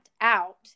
out